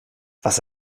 was